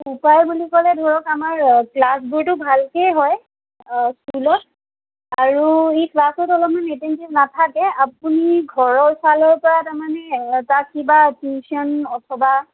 উপায় বুলি ক'লে ধৰক আমাৰ ক্লাছবোৰটো ভালকেই হয় স্কুলত আৰু সি ক্লাছত অলপমান এটেনটিভ নাথাকে আপুনি ঘৰৰ ফালৰ পৰা তাৰমানে তাক কিবা টিউশ্যন অথবা